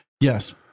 Yes